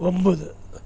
ஒன்பது